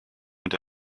und